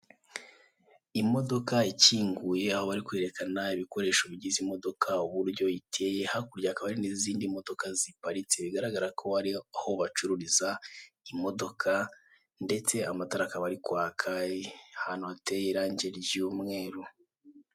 Imodoka ifunguye urugi, mo imbere haragaragara uko iyo modoka iteye. Imbere y'iyo modoka hari izindi nyinshi, bigaragara ko ari ahantu bacururiza imodoka.